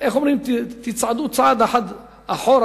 תצעדו צעד אחד אחורה,